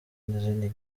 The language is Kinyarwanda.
n’izindi